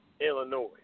Illinois